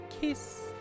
Kiss